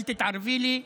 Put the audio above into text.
אל תתערבי לי בדבר.